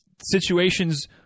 situations